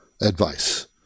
advice